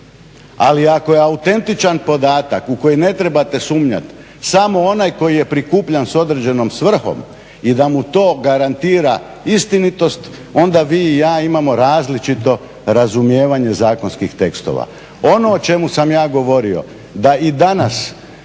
Ali ako je autentičan podatak u koji ne trebate sumnjati samo onaj koji je prikupljan sa određenom svrhom i da mu to garantira istinitost, onda vi i ja imamo različito razumijevanje zakonskih tekstova. Ono o čemu sam ja govorio da i danas